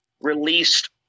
released